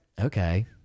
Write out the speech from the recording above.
Okay